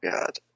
God